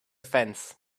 fence